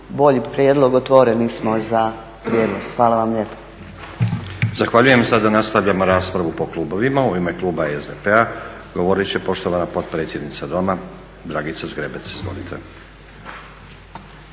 bolji prijedlog otvoreni smo za prijedlog. Hvala vam lijepo.